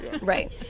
Right